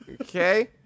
Okay